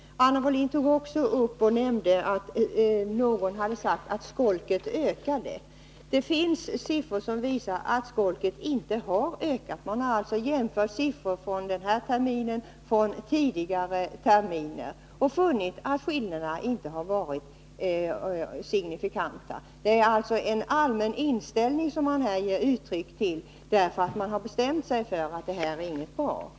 Anna Wohlin-Andersson sade också att någon hade sagt att skolket ökade. Det finns siffror som visar att skolket inte har ökat. Man har jämfört siffror under den här terminen med siffror från tidigare terminer och funnit att skillnaderna inte varit signifikanta. Det är alltså en allmän inställning som man här ger uttryck för, därför att man bestämt sig för att detta inte är Nr 53 någonting bra.